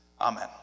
Amen